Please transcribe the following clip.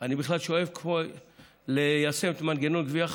אני בכלל שואף ליישם מנגנון גבייה חלופי,